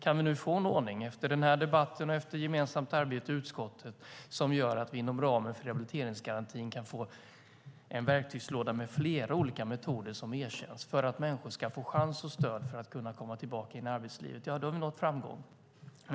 Om vi nu - efter den här debatten och efter gemensamt arbete i utskottet - kan få en ordning som gör att vi inom ramen rehabiliteringsgarantin kan få en verktygslåda med flera olika metoder som erkänns för att människor ska få chans och stöd för att komma tillbaka till arbetslivet, då har vi nått framgång.